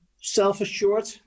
self-assured